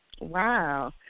Wow